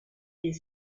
est